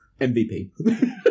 MVP